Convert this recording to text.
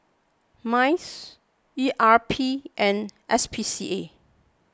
Mice E R P and S P C A